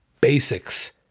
Basics